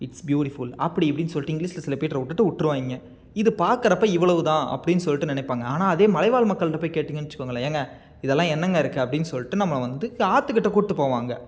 it's beautiful அப்படி இப்படின்னு சொல்லிட்டு இங்கிலீஷில் சில பீட்டர விட்டுட்டு விட்ருவாயிங்க இதை பாக்கிறப்ப இவ்வளவு தான் அப்படின்னு சொல்லிட்டு நினைப்பாங்க ஆனால் அதே மலைவாழ் மக்கள்கிட்ட போய் கேட்டிங்கன்னு வெச்சுக்கோங்களேன் ஏங்க இதெல்லாம் என்னங்க இருக்கு அப்படின்னு சொல்லிட்டு நம்மளை வந்து ஆற்றுக்கிட்ட கூட்டு போவாங்க